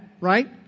Right